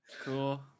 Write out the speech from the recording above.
Cool